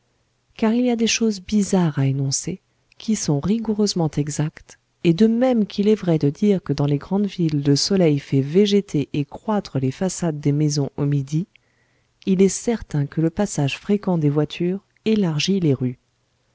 car il y a des choses bizarres à énoncer qui sont rigoureusement exactes et de même qu'il est vrai de dire que dans les grandes villes le soleil fait végéter et croître les façades des maisons au midi il est certain que le passage fréquent des voitures élargit les rues